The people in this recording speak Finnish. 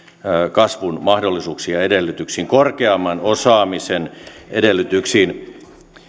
kasvun mahdollisuuksiin ja edellytyksiin korkeamman osaamisen edellytyksiin